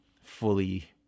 fully